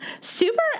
super